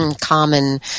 common